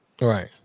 right